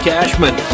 Cashman